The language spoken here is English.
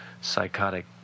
psychotic